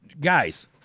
Guys